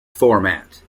format